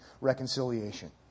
reconciliation